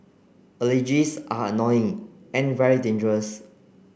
allergies are annoying and very dangerous